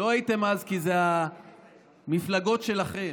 לא הייתם אז, כי אלה המפלגות שלכם,